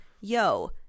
yo